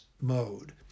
mode